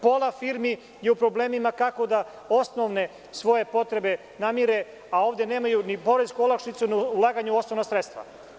Pola firmi je u problemima kako da osnovne svoje potrebe namire, a ovde nemaju ni poresku olakšicu ni ulaganje u osnovna sredstva.